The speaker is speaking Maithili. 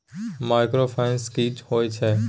माइक्रोफाइनान्स की होय छै?